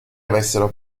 avessero